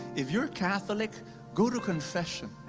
if you're catholic go to confession.